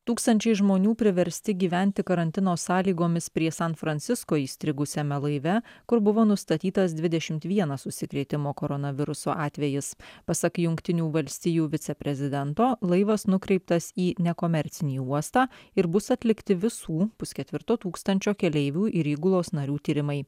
tūkstančiai žmonių priversti gyventi karantino sąlygomis prie san francisko įstrigusiame laive kur buvo nustatytas dvidešimt vienas užsikrėtimo koronavirusu atvejis pasak jungtinių valstijų viceprezidento laivas nukreiptas į nekomercinį uostą ir bus atlikti visų pusketvirto tūkstančio keleivių ir įgulos narių tyrimai